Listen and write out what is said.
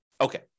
Okay